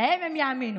להם הם יאמינו.